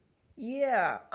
yeah.